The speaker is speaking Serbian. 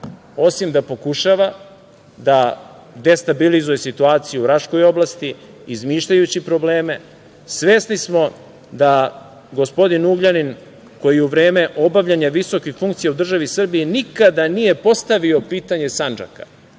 osim da pokušava da destabilizuje situaciju u Raškoj oblasti, izmišljajući probleme. Svesni smo da gospodin Ugljanin, koji u vreme obavljanja visokih funkcija u državi Srbiji nikada nije postavio pitanje Sandžaka.